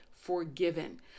forgiven